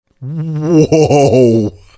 Whoa